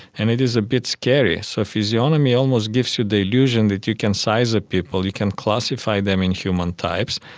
and it is a bit scary. so physiognomy almost gives you the illusion that you can size up people, you can classify them in human types.